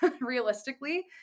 realistically